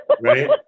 Right